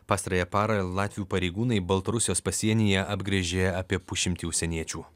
pastarąją parą latvių pareigūnai baltarusijos pasienyje apgręžė apie pusšimtį užsieniečių